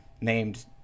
named